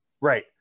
right